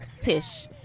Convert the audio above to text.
Tish